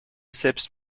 selbst